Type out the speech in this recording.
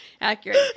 accurate